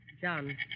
John